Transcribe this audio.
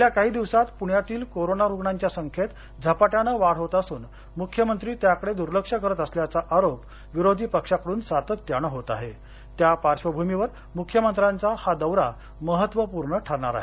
गेल्या काही दिवसांत पुण्यातील कोरोना रुग्णांच्या संख्येत झपाट्यानं वाढ होत असून मुख्यमंत्री त्याकडे दुर्लक्ष करत असल्याचा आरोप विरोधी पक्षाकडून सातत्यानं होत आहे त्या पार्श्वभूमीवर मुख्यमंत्र्यांचा हा दौरा महत्वपूर्ण ठरणार आहे